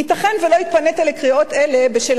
ייתכן שלא התפנית לקריאות אלה בשל